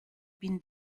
been